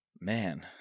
Man